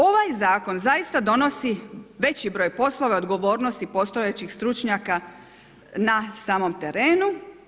Ovaj zakon zaista donosi veći broj poslova i odgovornosti postojećih stručnjaka na samom terenu.